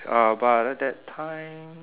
uh but at that time